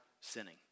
sinning